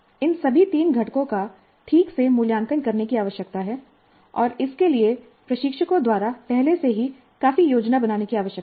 इन सभी तीन घटकों का ठीक से मूल्यांकन करने की आवश्यकता है और इसके लिए प्रशिक्षकों द्वारा पहले से ही काफी योजना बनाने की आवश्यकता है